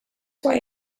why